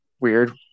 weird